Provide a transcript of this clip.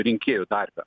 rinkėjų tarpe